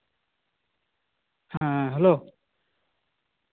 ᱦᱮᱸ ᱦᱮᱞᱳ